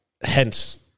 Hence